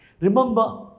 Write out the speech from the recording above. Remember